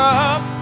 up